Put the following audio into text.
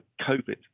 COVID